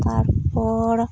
ᱛᱟᱨᱯᱚᱨ